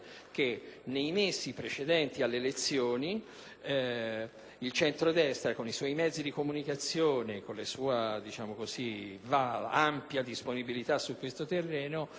che, nei mesi precedenti alle elezioni, il centrodestra, con i suoi mezzi di comunicazione e con la sua ampia disponibilità su questo terreno,